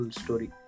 story